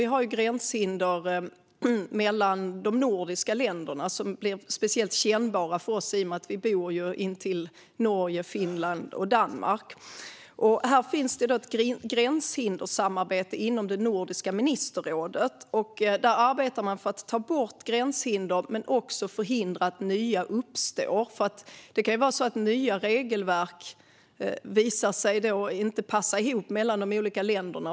Vi har gränshinder mellan de nordiska länderna. De blir speciellt kännbara för oss i och med att vi bor intill Norge, Finland och Danmark. Det finns ett gränshindersamarbete inom Nordiska ministerrådet. Där arbetar man för att ta bort gränshinder men också förhindra att nya uppstår. Det kan vara så att nya regelverk visar sig inte passa ihop mellan de olika länderna.